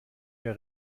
mehr